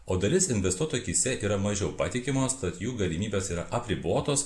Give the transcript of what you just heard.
o dalis investuotų akyse yra mažiau patikimos tad jų galimybės yra apribotos